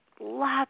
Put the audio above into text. lots